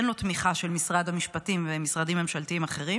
אין לו תמיכה של משרד המשפטים ומשרדים ממשלתיים אחרים,